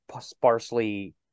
sparsely